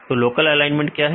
तो local alignment क्या है